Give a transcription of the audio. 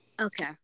Okay